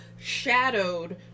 shadowed